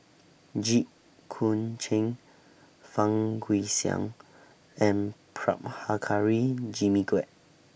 Jit Koon Ch'ng Fang Guixiang and Prabhakara Jimmy Quek